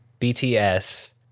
BTS